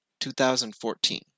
2014